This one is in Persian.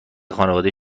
خانواده